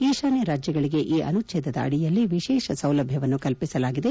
ಈಶಾನ್ವ ರಾಜ್ವಗಳಿಗೆ ಈ ಅನುಚ್ವೇಧದ ಅಡಿಯಲ್ಲಿ ವಿಶೇಷ ಸೌಲಭ್ಯವನ್ನು ಕಲ್ಪಿಸಲಾಗಿದೆ